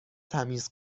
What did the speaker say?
تمیز